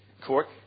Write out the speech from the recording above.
court